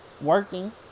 Working